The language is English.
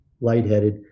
lightheaded